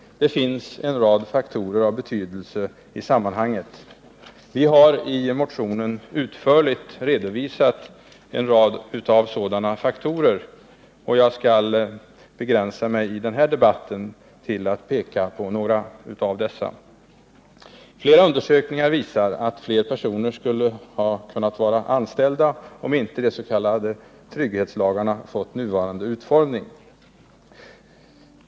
Det finns många faktorer av betydelse i sammanhanget. Vi har i motionen utförligt redovisat en rad sådana faktorer, och jag skall i debatten begränsa mig till att peka på några av dessa. Flera undersökningar visar att fler personer skulle ha varit anställda om de s.k. trygghetslagarna inte fått nuvarande utformning.